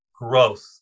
growth